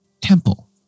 temple